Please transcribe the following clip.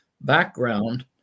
background